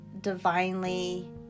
divinely